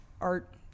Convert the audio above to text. Art